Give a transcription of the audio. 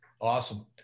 Awesome